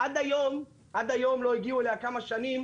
עד היום וזה כמה שנים,